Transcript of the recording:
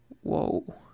Whoa